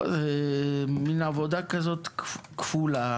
זה מין עבודה כזאת כפולה,